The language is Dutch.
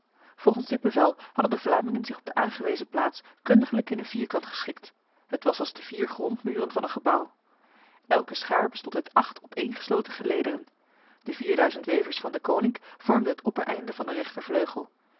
volgens dit bevel hadden de vlamingen zich op de aangewezen plaats kundiglijk in een vierkant geschikt het was als de vier grondmuren van een gebouw elke schaar bestond uit acht opeengesloten gelederen de vierduizend wevers van deconinck vormden het oppereinde van de rechtervleugel